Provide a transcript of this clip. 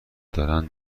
دارن